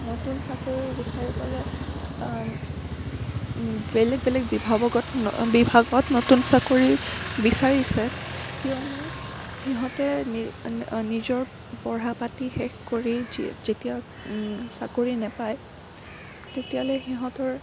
নতুন চাকৰি বিচাৰিবলেৈ বেলেগ বেলেগ বিভাবকত বিভাগত নতুন চাকৰি বিচাৰিছে কিয়নো সিহঁতে নি নিজৰ পঢ়া পাতি শেষ কৰি যে যেতিয়া চাকৰি নাপায় তেতিয়ালৈ সিহঁতৰ